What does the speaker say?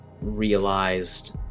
realized